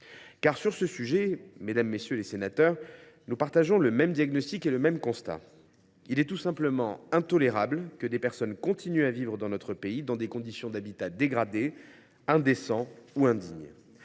pays. Sur ce sujet, mesdames, messieurs les sénateurs, nous partageons le même diagnostic et le même constat : il est tout simplement intolérable que des personnes continuent de vivre dans notre pays dans des conditions d’habitat dégradé, indécent ou indigne.